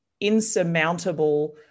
insurmountable